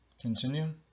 continue